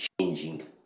changing